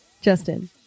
Justin